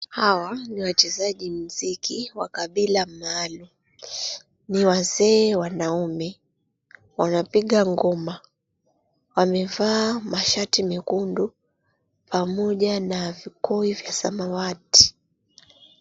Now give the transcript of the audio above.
Hawa, ni wachezaji muziki wa kabila maalum. Ni wazee wanaume. Wanapiga ngoma. Wamevaa mashati mekundu pamoja na vikoi vya samawati.